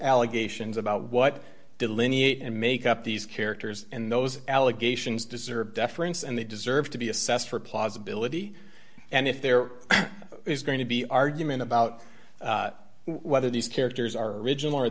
allegations about what delineate and make up these characters in those allegations deserve deference and they deserve to be assessed for plausibility and if there is going to be argument about whether these characters are original or